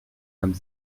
comme